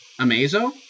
Amazo